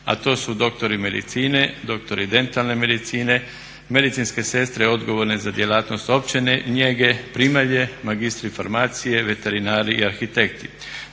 a to su doktori medicine, doktori dentalne medicine, medicinske sestre odgovorne za djelatnost opće njege, primalje, magistri farmacije, veterinari i arhitekti